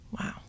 Wow